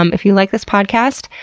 um if you like this podcast,